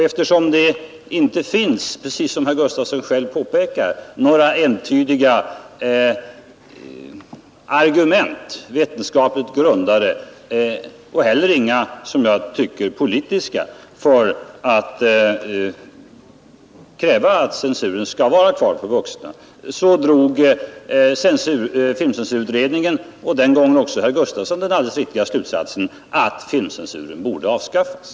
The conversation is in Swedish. Eftersom det inte finns, som herr Gustavsson själv påpekade, några entydiga och vetenskapligt grundade argument för att censuren skall vara kvar för vuxna, så drog filmcensurutredningen, och den gången också herr Gustavsson, den alldeles riktiga slutsatsen att då borde censuren avskaffas.